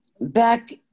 back